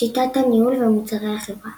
שיטת הניהול ומוצרי החברה